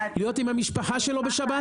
להיות עם המשפחה שלו בשבת?